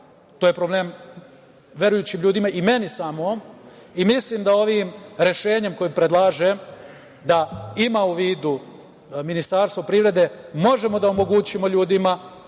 To je problem verujućim ljudima i meni samom, i mislim da ovim rešenjem koje predlaže, da ima u vidu Ministarstvo privrede, možemo da omogućimo ljudima